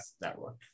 Network